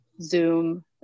Zoom